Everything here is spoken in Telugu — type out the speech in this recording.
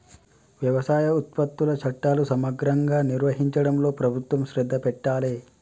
వ్యవసాయ ఉత్పత్తుల చట్టాలు సమగ్రంగా నిర్వహించడంలో ప్రభుత్వం శ్రద్ధ పెట్టాలె